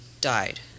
died